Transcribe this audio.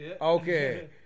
Okay